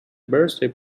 birthday